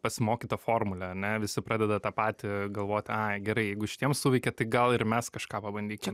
pasmokyta formule ane visi pradeda tą patį galvoti ai gerai jeigu šitiem suveikė tai gal ir mes kažką pabandykim